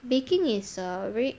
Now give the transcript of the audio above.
baking is a very